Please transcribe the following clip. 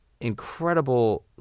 incredible